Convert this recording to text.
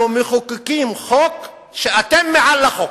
אנחנו מחוקקים חוק שאתם מעל לחוק.